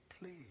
please